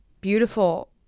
Beautiful